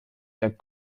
der